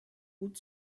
gut